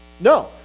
no